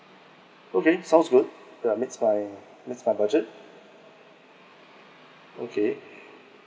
okay sounds good yeah meets my meets my budget okay